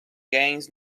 gains